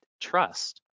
trust